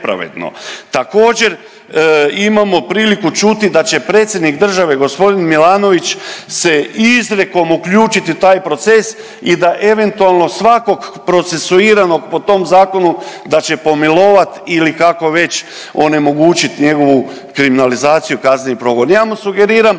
Također imamo priliku čuti da će predsjednik države gospodin Milanović se izrijekom uključit u taj proces i da eventualno svakog procesuiranog po tom zakonu, da će pomilovat ili kako već onemogućit njegovu kriminalizaciju i kazneni progon. Ja mu sugeriram